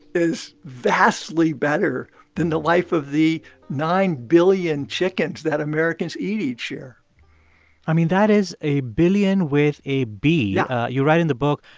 is vastly better than the life of the nine billion chickens that americans eat each year i mean, that is a billion with a b yeah you write in the book,